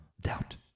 doubt